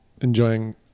enjoying